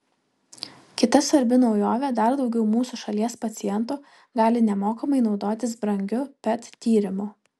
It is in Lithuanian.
kita svarbi naujovė dar daugiau mūsų šalies pacientų gali nemokamai naudotis brangiu pet tyrimu